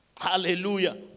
Hallelujah